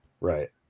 Right